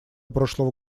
прошлого